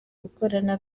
gukorana